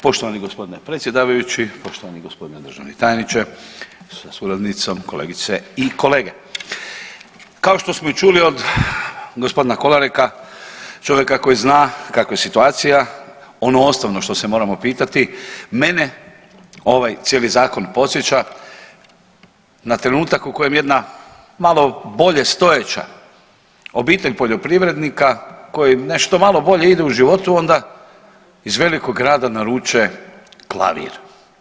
Poštovani gospodine predsjedavajući, poštovani gospodine državni tajniče sa suradnicom, kolegice i kolege, kao što smo i čuli od gospodina Kolareka čovjeka koji zna kakva je situacija ono osnovno što se moramo pitati mene ovaj cijeli zakon podsjeća na trenutak u kojem jedna malo bolje stojeća obitelj poljoprivrednika kojim nešto malo bolje ide u životu onda iz velikog rada naruče klavir.